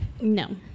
No